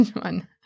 one